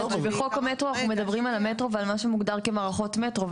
בחוק המטרו אנחנו מדברים על המטרו ועל מה שמוגדר כמערכות מטרו.